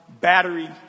battery